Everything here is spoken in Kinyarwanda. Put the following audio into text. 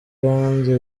kandi